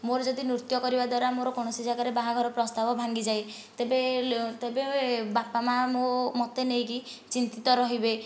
ମୋର ଯଦି ନୃତ୍ୟ କରିବାଦ୍ୱାରା ମୋର କୌଣସି ଜାଗାରେ ବାହାଘର ପ୍ରସ୍ତାବ ଭାଙ୍ଗିଯାଏ ତେବେ ତେବେ ବାପା ମାଁ ମୋ ମୋତେ ନେଇକି ଚିନ୍ତିତ ରହିବେ